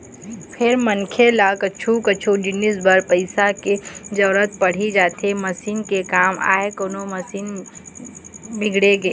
फेर मनखे ल कछु कछु जिनिस बर पइसा के जरुरत पड़ी जाथे मसीन के काम आय कोनो मशीन बिगड़गे